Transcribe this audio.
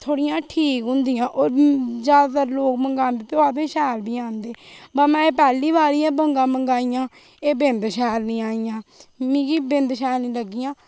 थोह्ड़ियां ठीक होंदियां जां फिर लोक मगांदे ते ओह् आक्खदे शैल निं आंदे पर में एह् पैह्ली बारी बंगा मंगाइयां एह् बेंद शैल निं आइयां मिगी बेंद शैल निं लगियां